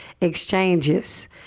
exchanges